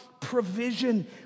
provision